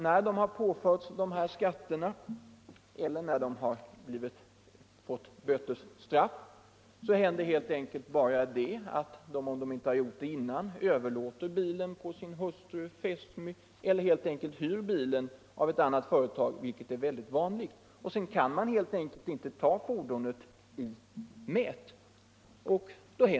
När de har påförts de aktuella skatterna händer helt enkelt bara det att de — om de inte gjort det dessförinnan — överlåter bilen på t.ex. sin hustru eller fästmö eller hyr bilen av ett annat företag. Detta är mycket vanligt. Sedan kan man inte ta fordonet i mät.